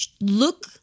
look